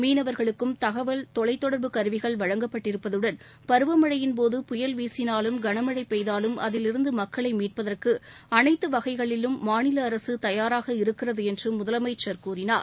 மீனவர்களுக்கும் தகவல் தொலைத்தொடர்பு கருவிகள் வழங்கப்பட்டிருப்பதுடன் பருவமழையின் போது புயல் வீசினாலும் களமழை பெய்தாலும் அதில் இருந்து மக்களை மீட்பதற்கு அனைத்து வகைகளிலும் மாநில அரசு தயாராக இருக்கிறது என்றும் முதலமைச்சர் கூறினார்